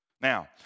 Now